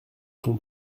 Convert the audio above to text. son